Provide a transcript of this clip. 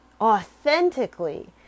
authentically